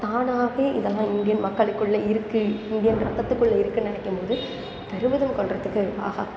தானாகவே இதெல்லாம் இண்டியன் மக்களுக்குள்ள இருக்குது இந்தியன் ரத்தத்துக்குள்ளே இருக்குதுன்னு நினைக்கும் போது பெருமிதம் கொள்கிறதற்கு ஆஹா